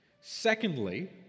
Secondly